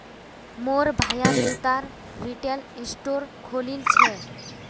मोर भाया जूतार रिटेल स्टोर खोलील छ